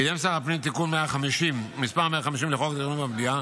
קידם שר הפנים תיקון מס' 150 לחוק התכנון והבנייה,